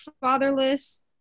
fatherless